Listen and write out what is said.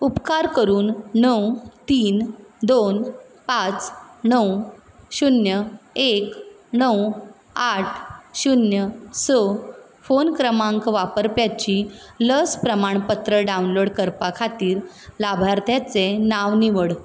उपकार करून णव तीन दोन पाच णव शुन्य एक णव आठ शुन्य स फोन क्रमांक वापरप्याची लस प्रमाणपत्र डावनलोड करपा खातीर लावार्थ्याचें नांव निवड